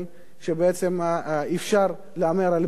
שבעצם אפשר להמר על ביטחון,